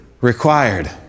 required